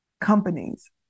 companies